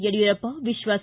ಯಡಿಯೂರಪ್ಪ ವಿಶ್ವಾಸ